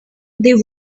they